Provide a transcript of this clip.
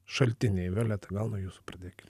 šaltiniai violeta gal nuo jūsų pradėkim